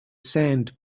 sand